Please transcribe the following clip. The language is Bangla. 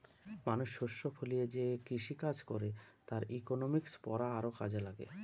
মানুষ শস্য ফলিয়ে যে কৃষিকাজ করে তার ইকনমিক্স পড়া আরও কাজে লাগে